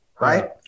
right